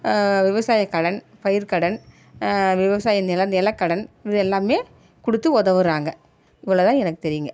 விவசாயக்கடன் பயிர்க்கடன் விவசாய நில நிலக்கடன் இது எல்லாம் கொடுத்து உதவுறாங்க இவ்வளோ தான் எனக்கு தெரியும்ங்க